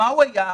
מהו היער?